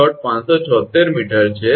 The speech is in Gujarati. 576 𝑚 છે